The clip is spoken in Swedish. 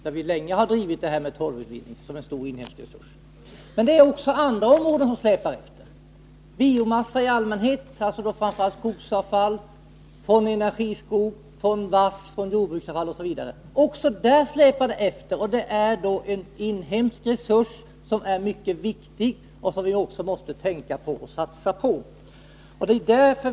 Vi har länge drivit frågan om torvutvinning och påpekat att torven är en stor inhemsk resurs. Men också andra områden släpar efter — biomassa i allmänhet, framför allt skogsavfall, från energiskog, vass, jordbruksavfall osv. Allt detta utgör en inhemsk resurs som är mycket viktig och som vi också måste satsa på.